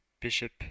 Bishop